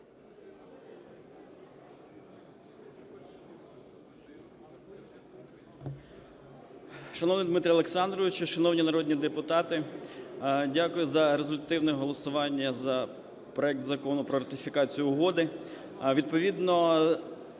Дякую за результативне голосування за проект Закону про ратифікацію угоди.